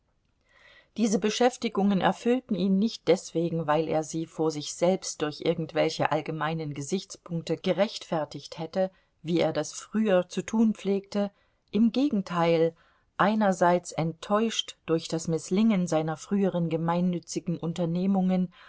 diese beschäftigungen erfüllten ihn nicht deswegen weil er sie vor sich selbst durch irgendwelche allgemeinen gesichtspunkte gerechtfertigt hätte wie er das früher zu tun pflegte im gegenteil einerseits enttäuscht durch das mißlingen seiner früheren gemeinnützigen unternehmungen